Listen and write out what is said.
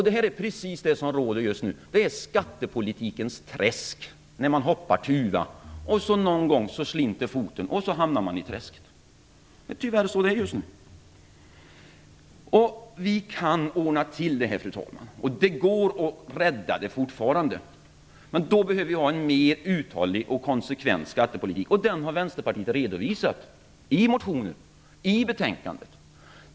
Det är precis vad som råder just nu - skattepolitikens träsk. Man hoppar tuva, och någon gång slinter foten och så hamnar man i träsket. Tyvärr är det så just nu. Fru talman! Vi kan ordna till det här. Det går att rädda det fortfarande. Men då behöver vi en mer uthållig och konsekvent skattepolitik. Den har Vänsterpartiet redovisat, i motioner och i betänkandet.